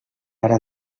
ara